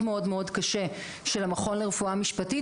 מאוד מאוד קשה של המכון לרפואה משפטית,